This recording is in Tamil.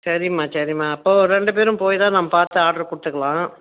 சரிம்மா சரிம்மா அப்போது ரெண்டுப்பேரும் போய்தான் நம்ம பார்த்து ஆர்ட்ரு கொடுத்துக்கலாம்